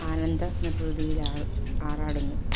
ആനന്ത നിർവൃതിയിൽ അ ആറാടുന്നു